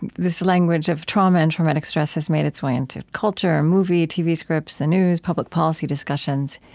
this language of trauma and traumatic stress has made its way into culture, movie, tv scripts, the news, public policy discussions.